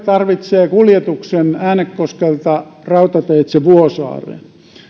tarvitsee kuljetuksen äänekoskelta rautateitse vuosaareen